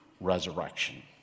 resurrection